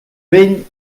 vell